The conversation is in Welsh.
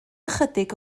ychydig